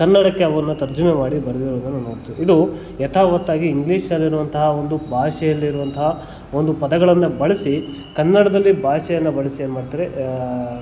ಕನ್ನಡಕ್ಕೆ ಅವನ್ನು ತರ್ಜುಮೆ ಮಾಡಿ ಬರ್ದಿರೋದನ್ನು ನೋಡ್ತೀವಿ ಇದು ಯಥಾವತ್ತಾಗಿ ಇಂಗ್ಲೀಷಲ್ಲಿರುವಂತಹ ಒಂದು ಭಾಷೆಯಲ್ಲಿರುವಂತಹ ಒಂದು ಪದಗಳನ್ನು ಬಳಸಿ ಕನ್ನಡದಲ್ಲಿ ಭಾಷೆಯನ್ನು ಬಳಸಿ ಏನು ಮಾಡ್ತಾರೆ